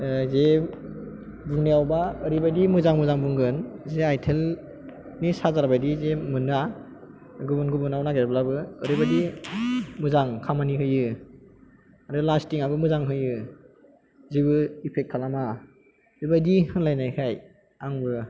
जे बुंनायावबा ओरैबायदि मोजां मोजां बुंगोन जे आइटेल नि सार्जार बायदि जे मोना गुबुन गुबुनाव नागिरब्लाबो ओरैबादि मोजां खामानि होयो आरो लास्टिं आबो मोजां होयो जेबो एफेक्ट खालामा बेफोरबायदि होनलायनायखाय आंबो